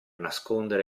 nascondere